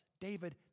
David